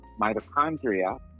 Mitochondria